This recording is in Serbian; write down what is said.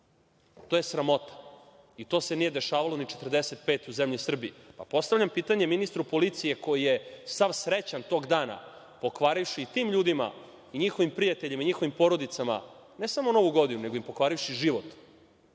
To je sramota i to se nije dešavalo ni 1945. godine u zemlji Srbiji. Postavljam pitanju ministru policije koji je sav srećan tog dana, pokvarivši tim ljudima i njihovim prijateljima i njihovim porodicama, ne samo novu godinu, nego im pokvarivši život,